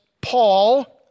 Paul